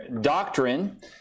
doctrine